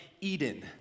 Eden